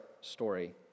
story